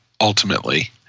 ultimately